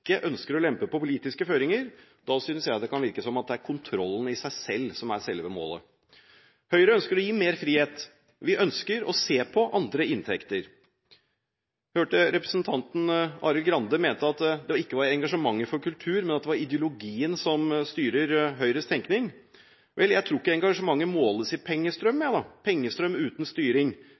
ønsker å lempe på politiske føringer, synes jeg det kan virke som om det er kontrollen i seg selv som er selve målet. Høyre ønsker å gi mer frihet. Vi ønsker å se på andre inntekter. Jeg hørte representanten Arild Grande mente at det ikke var engasjementet for kultur, men ideologien som styrer Høyres tenkning. Vel, jeg tror ikke engasjementet måles i pengestrøm – pengestrøm uten styring,